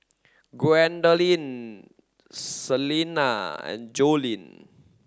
Gwendolyn Celina and Joleen